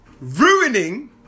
Ruining